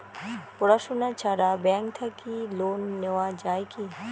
পড়াশুনা ছাড়া ব্যাংক থাকি লোন নেওয়া যায় কি?